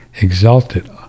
exalted